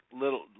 little